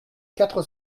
quatre